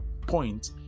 point